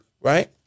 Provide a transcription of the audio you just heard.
Right